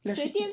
electricity